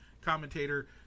commentator